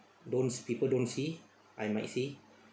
those people don't see I might see